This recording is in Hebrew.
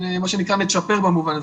מה שנקרא מצ'פר במובן הזה.